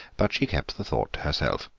but she kept the thought to herself.